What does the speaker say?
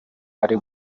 ari